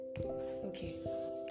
Okay